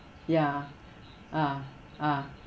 ya ah ah